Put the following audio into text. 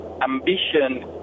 ambition